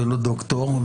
לא דוקטור,